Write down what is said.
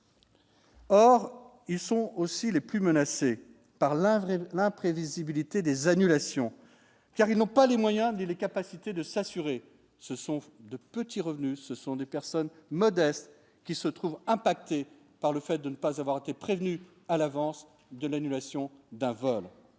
Or, ils sont aussi les plus menacées par la vraie l'imprévisibilité des annulations, car ils n'ont pas les moyens de les capacités de s'assurer. Ce sont de petits revenus, ce sont des personnes modestes qui se trouve impacté par le fait de ne pas avoir été prévenu à l'avance de l'annulation d'un vol.